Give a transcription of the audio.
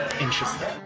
interesting